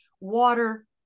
water